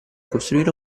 costruire